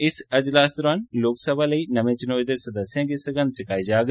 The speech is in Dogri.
इस अजलास दौरान लोकसभा लेई नमें चुनोए दे सदस्यें गी सगंघ चुकाई जाग